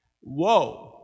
whoa